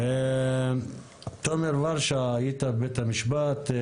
תומר ורשה, היית בבית המשפט.